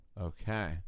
Okay